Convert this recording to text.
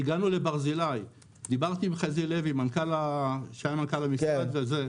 הגענו לברזילי, לחזי לוי מנכ"ל המשרד לשעבר.